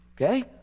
okay